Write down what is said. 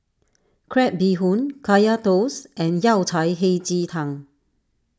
Crab Bee Hoon Kaya Toast and Yao Cai Hei Ji Tang